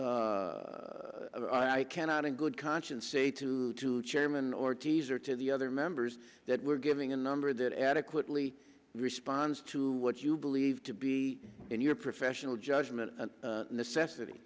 i cannot in good conscience say to chairman ortiz or to the other members that we're giving a number that adequately responds to what you believe to be in your professional judgment and necessity